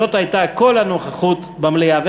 זאת הייתה כל הנוכחות במליאה,